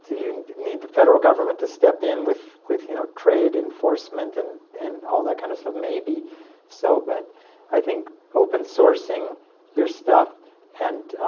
you need the federal government to step in with with you know trade enforcement and and all that kind of stuff? maybe so. but i think open sourcing your stuff and